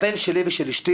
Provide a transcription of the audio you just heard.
הבן שלי ושל אשתי